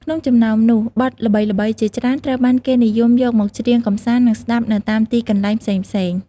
ក្នុងចំណោមនោះ បទល្បីៗជាច្រើនត្រូវបានគេនិយមយកមកច្រៀងកម្សាន្ត និងស្តាប់នៅតាមទីកន្លែងផ្សេងៗ។